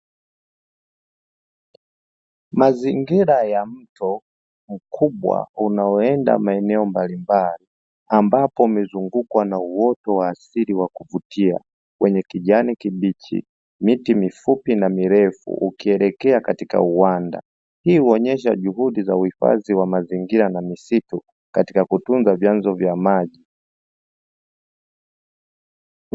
Mazingira ya mto mkubwa unaoenda maeneo mbalimbali ambapo umezungukwa na uoto wa asili wa kuvutia wenye kijani kibichi, miti mifupi na mirefu ukielekea katika uwanda. Hii huonyesha juhudi za uhifadhi wa mazingira na misitu katika kutunza vyanzo vya maji.